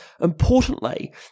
Importantly